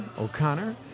O'Connor